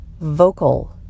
vocal